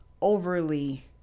overly